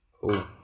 Cool